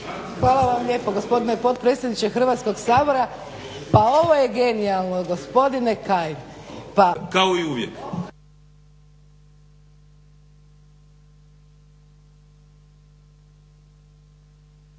Hvala vam lijepo gospodine potpredsjedniče Hrvatskog sabora. Pa ovo je genijalno gospodine Kajin. …/Govornica nije